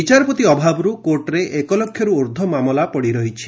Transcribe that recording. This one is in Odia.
ବିଚାରପତି ଅଭାବର୍ କୋର୍ଟରେ ଏକ ଲକ୍ଷରୁ ଊର୍ଭ୍ୱ ମାମଲା ପଡ଼ିରହିଛି